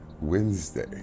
Wednesday